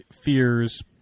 fears